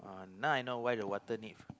uh now I know why the water need